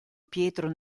pietro